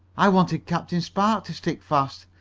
i wanted captain spark to stick fast,